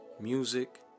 music